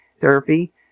therapy